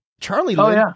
Charlie